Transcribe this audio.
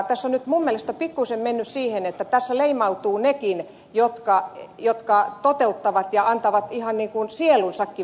tässä on nyt minun mielestäni pikkuisen menty siihen että tässä leimautuvat nekin jotka toteuttavat tätä työtä ja antavat ihan sielunsakin vanhustenhuollolle